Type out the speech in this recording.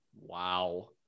wow